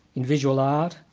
in visual art,